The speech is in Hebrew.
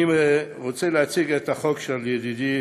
אני רוצה להציג את החוק של ידידי